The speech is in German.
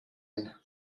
ein